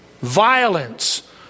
Violence